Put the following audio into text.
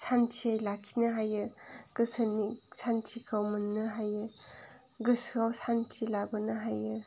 सान्थियै लाखिनो हायो गोसोनि सान्थिखौ मोननो हायो गोसोआव सान्थि लाबोनो हायो